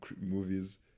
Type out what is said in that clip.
movies